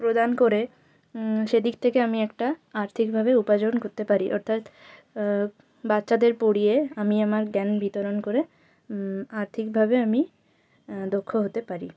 প্রদান করে সেদিক থেকে আমি একটা আর্থিকভাবে উপার্জন করতে পারি অর্থাৎ বাচ্চাদের পড়িয়ে আমি আমার জ্ঞান বিতরণ করে আর্থিকভাবে আমি দক্ষ হতে পারি